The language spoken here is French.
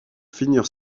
finir